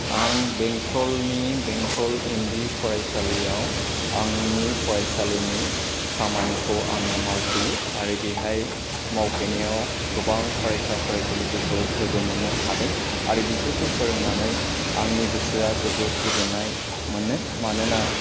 आं बेंटलनि बेंटल एम बि फरायसालियाव आंनि फरायसालिनि खामानिखौ आङो मावफैयो आरो बेहाय मावफैनायाव गोबां फरायसा फरायसुलिफोरखौ लोगो मोननो हादों आरो बिसोरखौ फोरोंनानै आंनि गोसोआ जोबोद गोजोननाय मोनो मानोना